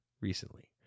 recently